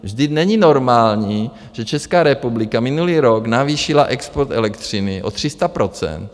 Vždyť není normální, že Česká republika minulý rok navýšila export elektřiny o 300 %.